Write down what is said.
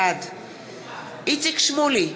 בעד איציק שמולי,